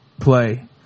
play